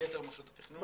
יתר מוסדות התכנון.